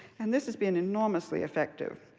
and this has been enormously effective.